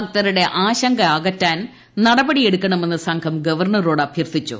ഭക്തരുടെ ആശങ്ക അകറ്റാൻ നടപടി എടുക്കണ്ണ്ട്മുന്ന് സംഘം ഗവർണറോട് അഭ്യർത്ഥിച്ചു